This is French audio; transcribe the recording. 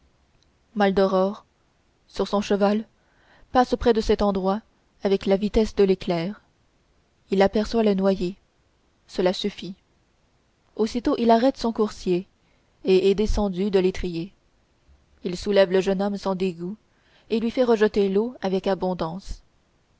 maldoror sur son cheval passe près de cet endroit avec la vitesse de l'éclair il aperçoit le noyé cela suffit aussitôt il a arrêté son coursier et est descendu de l'étrier il soulève le jeune homme sans dégoût et lui fait rejeter l'eau avec abondance